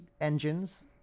engines